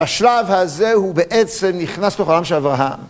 ‫השלב הזה הוא בעצם נכנס ‫לחלום של אברהם.